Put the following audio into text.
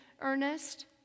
Ernest